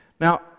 Now